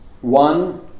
One